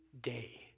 day